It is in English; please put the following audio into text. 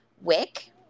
Wick